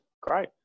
Great